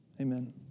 Amen